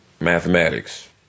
Mathematics